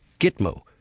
Gitmo